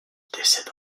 décède